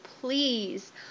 please